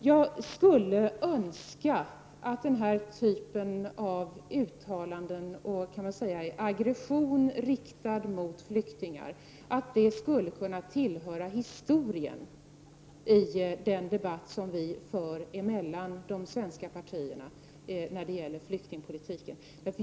Jag skulle önska att den här typen av uttalanden och aggressioner riktade mot flyktingar skulle kunna tillhöra historien i den debatt som vi för inom de svenska partierna om flyktingpolitiken.